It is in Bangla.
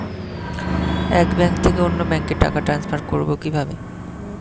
এক ব্যাংক থেকে অন্য ব্যাংকে টাকা ট্রান্সফার করবো কিভাবে?